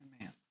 Amen